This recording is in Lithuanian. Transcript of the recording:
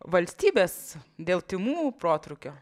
valstybės dėl tymų protrūkio